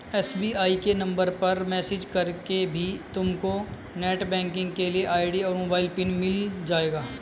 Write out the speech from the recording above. SBI के number पर message करके भी तुमको नेटबैंकिंग के लिए आई.डी और मोबाइल पिन मिल जाएगा